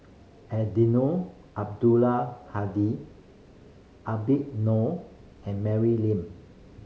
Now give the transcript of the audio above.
Eddino Abdul Hadi Habib Noh and Mary Lim